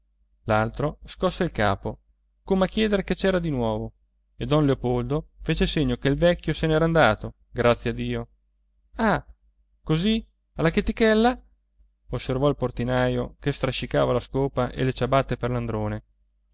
l'altro scosse il capo come a chiedere che c'era di nuovo e don leopoldo fece segno che il vecchio se n'era andato grazie a dio ah così alla chetichella osservò il portinaio che strascicava la scopa e le ciabatte